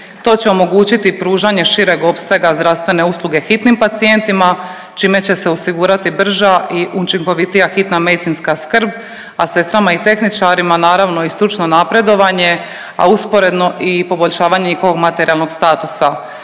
To će omogućiti pružanje šireg opsega zdravstvene usluge hitnim pacijentima čime će se osigurati brža i učinkovitija hitna medicinska skrb, a sestrama i tehničarima naravno i stručno napredovanje, a usporedno i poboljšavanje njihovog materijalnog statusa